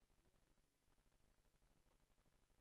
מעולם,